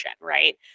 right